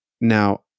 now